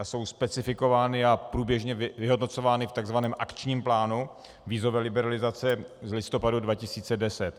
Jsou specifikovány a průběžně vyhodnocovány v tzv. akčním plánu vízové liberalizace z listopadu 2010.